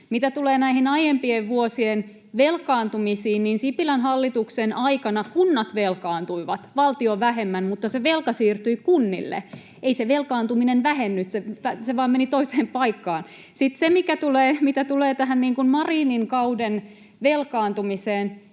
Mitä tulee näihin aiempien vuosien velkaantumisiin, niin Sipilän hallituksen aikana kunnat velkaantuivat — valtio vähemmän, mutta se velka siirtyi kunnille. Ei se velkaantuminen vähentynyt, se meni vain toiseen paikkaan. Sitten se, mitä tulee tähän Marinin kauden velkaantumiseen: